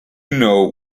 know